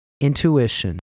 intuition